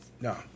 no